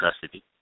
custody